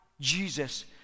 Jesus